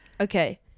Okay